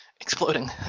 exploding